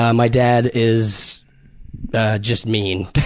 ah my dad is just mean.